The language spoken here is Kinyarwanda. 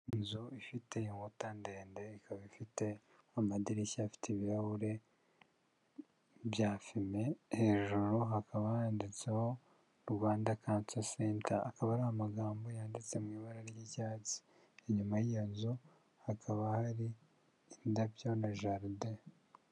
Inzu ifite inkuta ndende ikaba ifite amadirishya afite ibirahuri bya fime hejuru hakaba yanditseho rubanda kansa senta akaba hari amagambo yanditse mu ibara ry'ibyatsi. Inyuma y'iyo nzu hakaba hari indabyo na jaride.